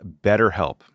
BetterHelp